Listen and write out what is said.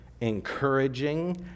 encouraging